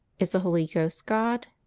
is the holy ghost god?